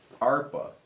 ARPA